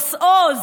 עמוס עוז,